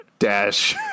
Dash